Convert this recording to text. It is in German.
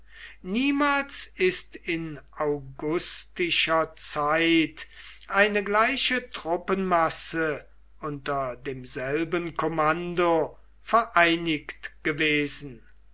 niemals ist in augustischer zeit eine gleiche truppenmasse unter demselben kommando vereinigt gewesen